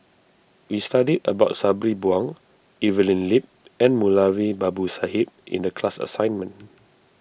we studied about Sabri Buang Evelyn Lip and Moulavi Babu Sahib in the class assignment